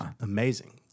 amazing